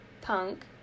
punk